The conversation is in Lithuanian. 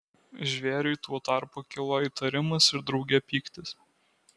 žvėriui tuo tarpu kilo įtarimas ir drauge pyktis